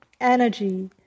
energy